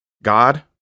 God